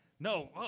No